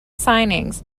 signings